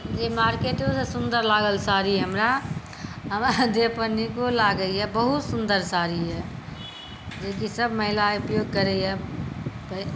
जे मार्केटो सँ सुन्दर लागल साड़ी हमरा हमरा देह पर नीको लागैया बहुत सुन्दर साड़ी यऽ जे कि सब महिला उपयोग करैया